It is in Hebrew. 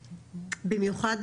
במיוחד,